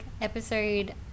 episode